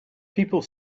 people